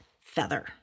feather